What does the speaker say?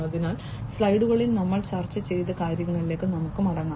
അതിനാൽ സ്ലൈഡുകളിൽ നമ്മൾ ചർച്ച ചെയ്ത കാര്യത്തിലേക്ക് നമുക്ക് മടങ്ങാം